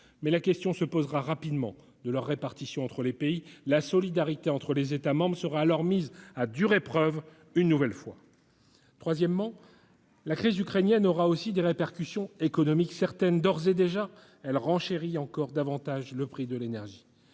mais la question se posera rapidement de leur répartition entre les pays. La solidarité entre les États membres sera alors, une nouvelle fois, mise à rude épreuve. La crise ukrainienne aura aussi des répercussions économiques certaines : d'ores et déjà, elle renchérit encore davantage les prix de l'énergie.